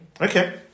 Okay